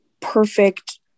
perfect